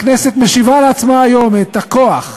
הכנסת משיבה לעצמה היום את הכוח,